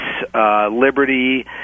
Liberty